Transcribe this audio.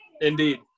Indeed